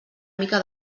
mica